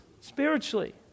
spiritually